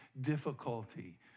difficulty